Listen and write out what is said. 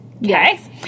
Yes